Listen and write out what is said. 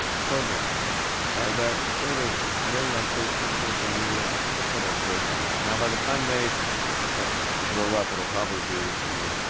programming. ah that sort of, getting on facebook, social media i think i put a brake on that. now by the time they ah grow up, it'll probably be, you know,